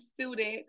student